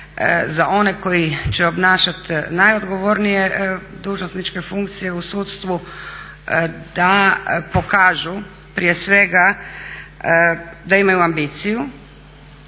za one koji će obnašat najodgovornije dužnosničke funkcije u sudstvu, da pokažu prije svega da imaju ambiciju,